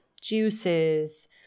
juices